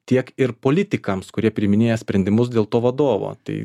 tiek ir politikams kurie priiminėja sprendimus dėl to vadovo tai